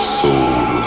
soul